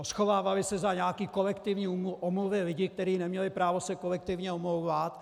Schovávali se za nějaké kolektivní omluvy lidí, kteří neměli právo se kolektivně omlouvat.